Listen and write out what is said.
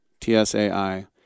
T-S-A-I